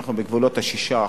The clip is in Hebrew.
ואנחנו בגבולות ה-6%.